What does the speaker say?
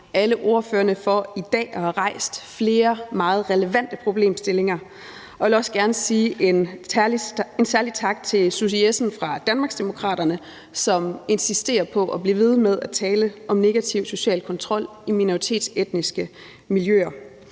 alle ordførerne for i dag at have rejst flere meget relevante problemstillinger, og jeg vil også gerne sige en særlig tak til Susie Jessen fra Danmarksdemokraterne, som insisterer på at blive ved med at tale om negativ social kontrol i minoritetsetniske miljøer.